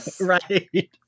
right